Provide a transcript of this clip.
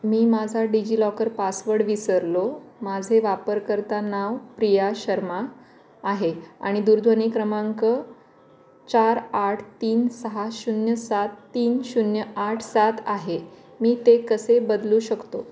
मी माझा DigiLocker password विसरलो माझे वापरकर्ता नाव प्रिया शर्मा आहे आणि दूरध्वनी क्रमांक चार आठ तीन सहा शून्य सात तीन शून्य आठ सात आहे मी ते कसे बदलू शकतो